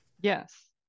Yes